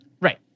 Right